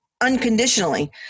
unconditionally